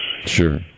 Sure